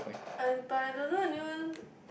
uh but I don't know anyone